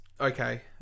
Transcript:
Okay